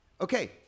Okay